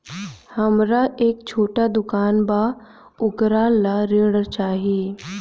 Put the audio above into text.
हमरा एक छोटा दुकान बा वोकरा ला ऋण चाही?